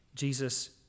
Jesus